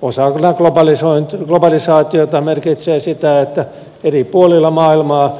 kun saa kyllä globalisoituminen lisääntyminen osana globalisaatiota merkitsee sitä että eri puolilla maailmaa